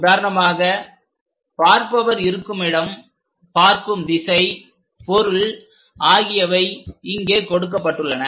உதாரணமாக பார்ப்பவர் இருக்குமிடம் பார்க்கும் திசை பொருள் ஆகியவை இங்கே கொடுக்கப்பட்டுள்ளன